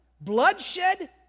Bloodshed